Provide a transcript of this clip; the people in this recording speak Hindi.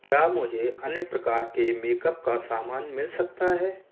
क्या मुझे अन्य प्रकार के मेकअप का सामान मिल सकता है